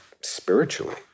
spiritually